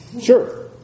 Sure